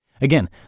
Again